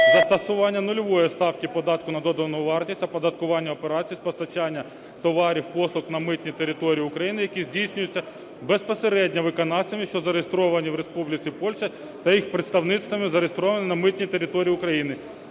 застосування нульової ставки податку на додану вартість оподаткування операцій з постачання товарів, послуг на митні території України, які здійснюються безпосередньо виконавцями, що зареєстровані в Республіці Польща, та їх представництва, зареєстрованими на митній території України